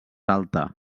alta